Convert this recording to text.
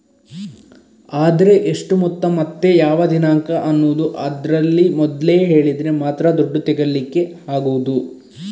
ಆದ್ರೆ ಎಷ್ಟು ಮೊತ್ತ ಮತ್ತೆ ಯಾವ ದಿನಾಂಕ ಅನ್ನುದು ಅದ್ರಲ್ಲಿ ಮೊದ್ಲೇ ಹೇಳಿದ್ರೆ ಮಾತ್ರ ದುಡ್ಡು ತೆಗೀಲಿಕ್ಕೆ ಆಗುದು